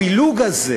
הפילוג הזה